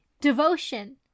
Devotion